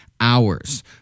hours